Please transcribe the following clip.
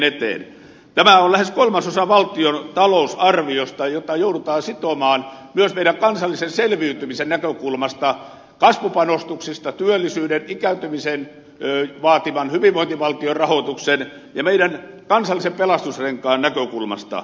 tämä on lähes kolmasosa valtion talousarviosta jota joudutaan sitomaan myös meidän kansallisen selviytymisen näkökulmasta kasvupanostuksista työllisyyden ikääntymisen vaatiman hyvinvointivaltion rahoituksen ja meidän kansallisen pelastusrenkaan näkökulmasta